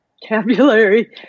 vocabulary